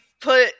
put